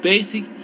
basic